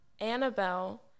Annabelle